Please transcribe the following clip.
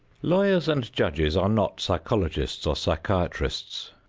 lawyers and judges are not psychologists or psychiatrists,